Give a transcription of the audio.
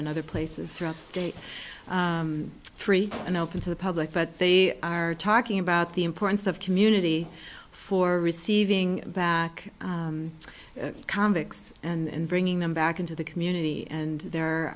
and other places throughout the state free and open to the public but they are talking about the importance of community for receiving back comics and bringing them back into the community and there